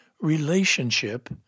relationship